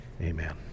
amen